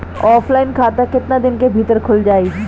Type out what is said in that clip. Offline खाता केतना दिन के भीतर खुल जाई?